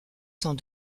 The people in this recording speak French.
sans